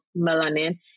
melanin